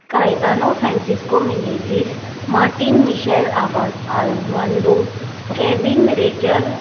कायतानो फ्रानसिस्को मिनेझीस मार्टीन मिशेल आव्हा आव्हानंदो कॅविन रेजर